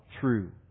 true